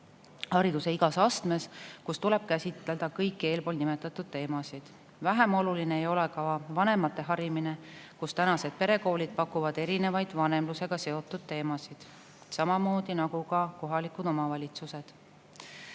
hariduse igas astmes, kus tuleb käsitleda kõiki eelpool nimetatud teemasid. Vähem oluline ei ole ka vanemate harimine. Perekoolid pakuvad praegu erinevaid vanemlusega seotud teemasid, samamoodi kohalikud omavalitsused.